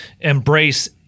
embrace